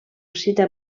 cita